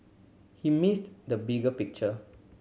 he missed the bigger picture